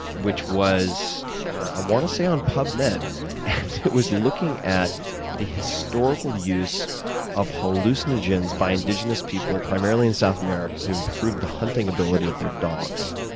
which was i want to say on pubmed, and it was looking at the historical use of hallucinogens by indigenous people, primarily in south america, to improve the hunting ability of their dogs.